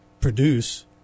produce